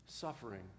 suffering